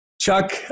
Chuck